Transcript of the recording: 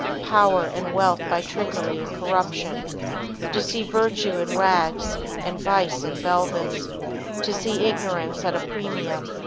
power and wealth by trickery and corruption to see virtue in rags and vice in velvets to see ignorance at a premium,